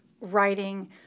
writing